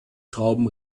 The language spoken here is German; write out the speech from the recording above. schrauben